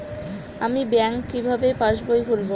আমি ব্যাঙ্ক কিভাবে পাশবই খুলব?